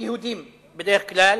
יהודיים בדרך כלל.